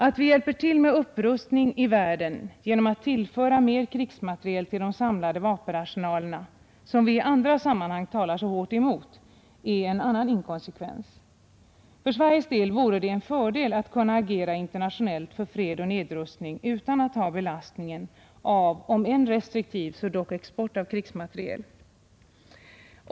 Att vi hjälper till med upprustning i världen genom att tillföra mer krigsmateriel till de samlade vapenarsenalerna, som vi i andra sammanhang talar så hårt emot, är en annan inkonsekvens. För Sveriges del vore det en fördel att kunna agera internationellt för fred och nedrustning utan att ha belastningen av om än restriktiv så dock export av krigsmateriel.